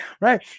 right